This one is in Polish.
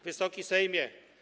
Wysoki Sejmie!